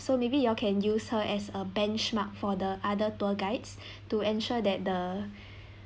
so maybe you all can use her as a benchmark for the other tour guides to ensure that the